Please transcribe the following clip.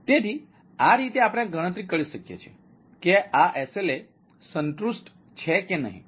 તેથી આ રીતે આપણે ગણતરી કરી શકીએ છીએ કે આ SLA સંતુષ્ટ છે કે નહીં